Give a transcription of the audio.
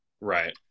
Right